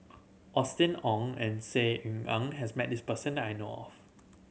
Austen Ong and Saw Ean Ang has met this person I know of